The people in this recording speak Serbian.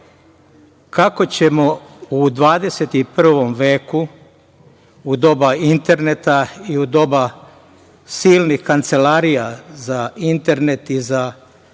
kako ćemo u 21. veku, u doba interneta, u doba silnih kancelarija za internet i za elektronsko